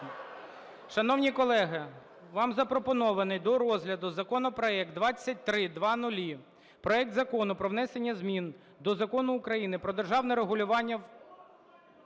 Шановні колеги, вам запропонований до розгляду законопроект 2300 - проект Закону про внесення змін до Закону України "Про державне регулювання…"